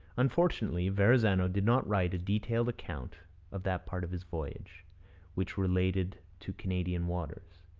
unfortunately, verrazano did not write a detailed account of that part of his voyage which related to canadian waters.